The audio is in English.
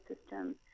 system